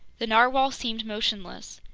the narwhale seemed motionless.